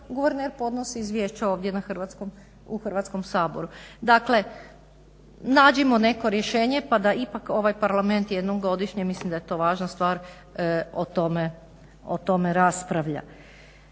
guverner podnosi izvješće ovdje u Hrvatskom saboru. Dakle nađimo neko rješenje pa da ipak ovaj Parlament jednom godišnje mislim da je to važna stvar o tome raspravlja.